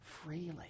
Freely